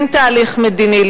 כן תהליך מדיני,